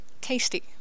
Tasty